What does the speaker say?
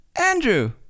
andrew